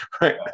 right